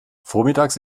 vormittags